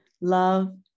Love